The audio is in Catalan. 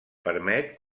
permet